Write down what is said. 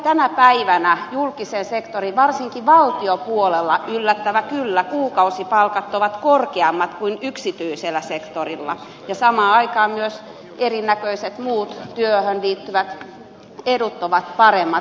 tänä päivänä julkisen sektorin varsinkin valtiopuolella yllättävää kyllä kuukausipalkat ovat korkeammat kuin yksityisellä sektorilla ja samaan aikaan myös erinäköiset muut työhön liittyvät edut ovat paremmat